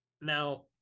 Now